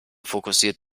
fokussiert